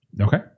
Okay